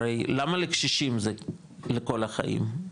הרי למה לקשישים זה לכל החיים,